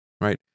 right